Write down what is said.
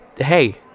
Hey